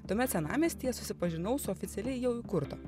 tuomet senamiestyje susipažinau su oficialiai jau įkurto